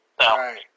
Right